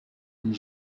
une